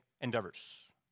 endeavors